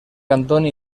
antoni